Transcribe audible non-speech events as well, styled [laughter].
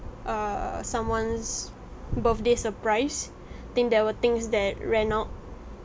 err someone's birthday surprise [breath] think there were things that ran out